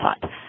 thought